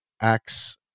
acts